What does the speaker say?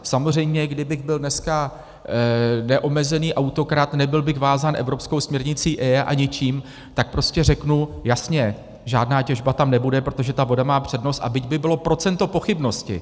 Samozřejmě kdybych byl dneska neomezený autokrat, nebyl bych vázán evropskou směrnicí EIA a ničím, tak prostě řeknu jasně, žádná těžba tam nebude, protože ta voda má přednost, byť by bylo procento pochybnosti.